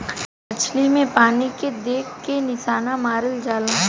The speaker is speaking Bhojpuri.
मछली के पानी में देख के निशाना मारल जाला